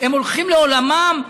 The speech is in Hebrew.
הם הולכים לעולמם.